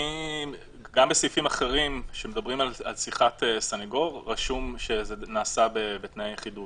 גם בסעיפים אחרים שמדברים על שיחת סנגור כתוב שזה נעשה בתנאי יחידות.